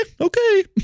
okay